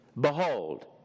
Behold